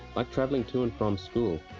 like travelling to and from school.